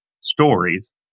stories